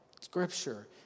Scripture